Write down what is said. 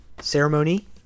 ceremony